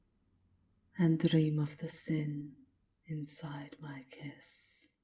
and dream of the sin inside my kiss.